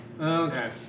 Okay